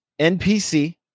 npc